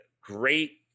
great